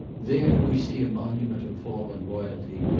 there we see a monument of fallen royalty!